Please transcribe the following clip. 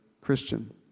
Christian